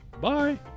bye